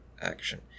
action